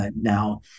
now